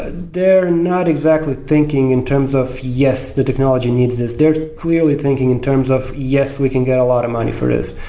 ah they're not exactly thinking in terms of yes, the technology needs this. they're clearly thinking in terms of yes, we can get a lot of money for this.